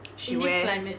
she wear